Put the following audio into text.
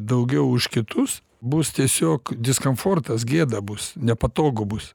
daugiau už kitus bus tiesiog diskamfortas gėda bus nepatogu bus